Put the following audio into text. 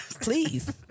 Please